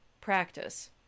practice